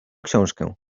książkę